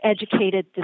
educated